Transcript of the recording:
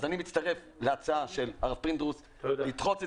אז אני מצטרף להצעה של הרב פינדרוס לדחות את